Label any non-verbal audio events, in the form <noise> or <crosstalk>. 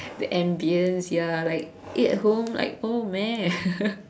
the ambiance ya like eat at home like oh meh <laughs>